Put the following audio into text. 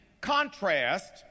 contrast